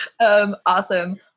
Awesome